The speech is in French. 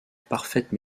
parfaite